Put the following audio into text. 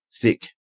Thick